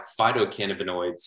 phytocannabinoids